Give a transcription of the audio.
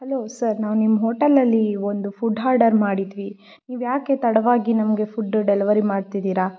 hello sir ನಾನು ನಿಮ್ಮ ಹೋಟೆಲಲ್ಲಿ ಒಂದು ಫುಡ್ ಹಾರ್ಡರ್ ಮಾಡಿದ್ವಿ ನೀವು ಯಾಕೆ ತಡವಾಗಿ ನಮಗೆ ಫುಡ್ ಡೆಲಿವರಿ ಮಾಡ್ತಿದ್ದೀರ